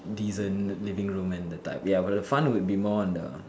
decent living room and the type but the fun would be more on the